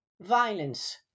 violence